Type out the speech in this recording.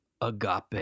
agape